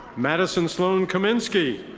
madison sloane kominsky.